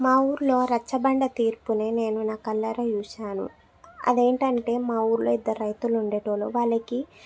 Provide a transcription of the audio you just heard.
మా ఊర్లో రచ్చబండ తీర్పుని నేను నా కళ్ళారా చూశాను అదేంటంటే మా ఊర్లో ఇద్దరు రైతులు ఉండేటోళ్ళు వాళ్ళకి